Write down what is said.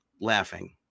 laughing